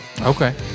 Okay